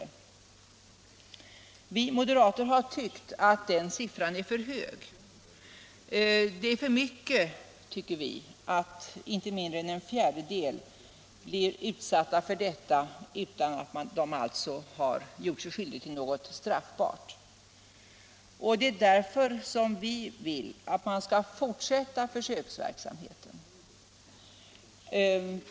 Vi moderater tycker att det är för mycket att inte mindre än en fjärdedel av dem som blir utsatta för detta visar sig inte ha gjort något straffbart. Vi vill därför att man skall fortsätta försöksverksamheten.